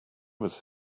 was